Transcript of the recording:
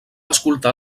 escoltar